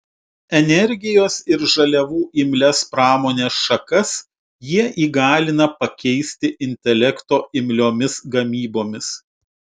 energijos ir žaliavų imlias pramonės šakas jie įgalina pakeisti intelekto imliomis gamybomis